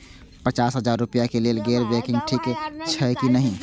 पचास हजार रुपए के लेल गैर बैंकिंग ठिक छै कि नहिं?